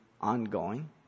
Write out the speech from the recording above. ongoing